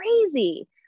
crazy